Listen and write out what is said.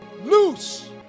loose